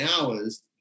hours